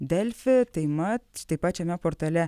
delfi tai mat taip pat šiame portale